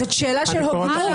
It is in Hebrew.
זאת שאלה של הוגנות.